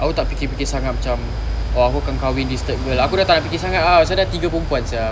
aku tak fikir-fikir sangat macam oh aku akan kahwin this third girl aku dah tak nak fikir sangat ah so dah tiga perempuan sia